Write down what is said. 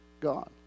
God